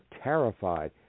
terrified